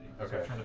Okay